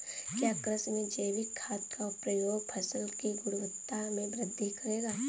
क्या कृषि में जैविक खाद का प्रयोग फसल की गुणवत्ता में वृद्धि करेगा?